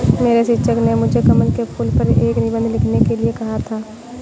मेरे शिक्षक ने मुझे कमल के फूल पर एक निबंध लिखने के लिए कहा था